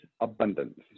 abundance